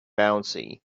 bouncy